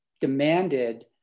demanded